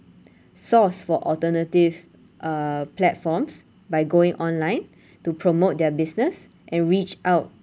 source for alternative uh platforms by going online to promote their business and reach out